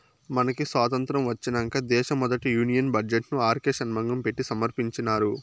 మనకి సాతంత్రం ఒచ్చినంక దేశ మొదటి యూనియన్ బడ్జెట్ ను ఆర్కే షన్మగం పెట్టి సమర్పించినారు